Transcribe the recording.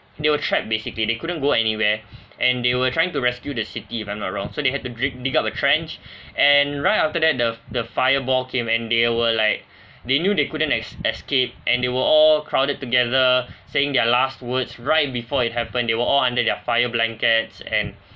they were trapped basically they couldn't go anywhere and they were trying to rescue the city if I'm not wrong so they had to drig~ dig up a trench and right after that the the fireball came and they were like they knew they couldn't es~ escape and they were all crowded together saying their last words right before it happened they were all under their fire blankets and